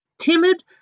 Timid